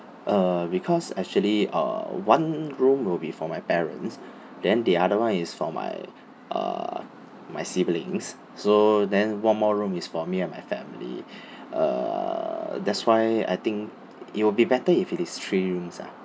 uh because actually uh one room will be for my parents then the other [one] is for my uh my siblings so then one more room is for me and my family uh that's why I think it will be better if it is three rooms lah